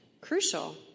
crucial